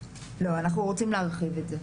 לא, אנחנו רוצים להרחיב את זה.